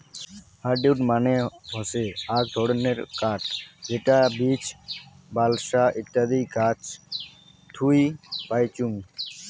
hardwood মানে হসে আক ধরণের কাঠ যেটা বীচ, বালসা ইত্যাদি গাছ থুই পাইচুঙ